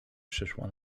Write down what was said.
przyszła